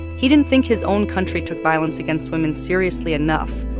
he didn't think his own country took violence against women seriously enough,